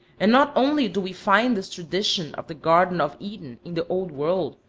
and not only do we find this tradition of the garden of eden in the old world,